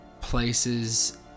places